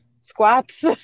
squats